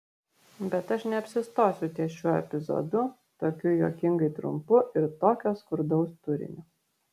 bet aš neapsistosiu ties šiuo epizodu tokiu juokingai trumpu ir tokio skurdaus turinio